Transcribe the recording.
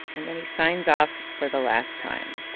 and then he signs off for the last time